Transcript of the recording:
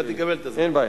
אתה תקבל את הזמן.